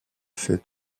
s’est